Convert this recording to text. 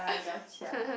gotcha